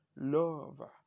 Love